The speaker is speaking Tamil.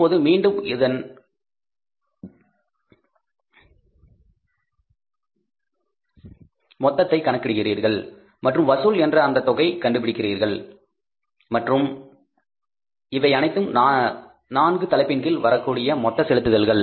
இப்போது மீண்டும் இதன் மொத்தத்தை கணக்கிடுகிறீர்கள் மற்றும் வசூல் என்ற அந்தத் தொகையை கண்டுபிடிக்கிறார்கள் மற்றும் இவை அனைத்தும் நான்கு தலைப்பின்கீழ் வரக்கூடிய மொத்த செலுத்துதல்கள்